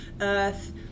Earth